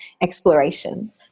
exploration